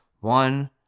one